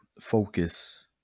focus